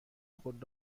خود